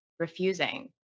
refusing